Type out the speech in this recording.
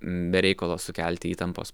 be reikalo sukelti įtampos